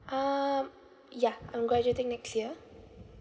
um yeah I'm graduating next year